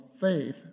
faith